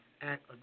Act